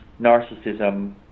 narcissism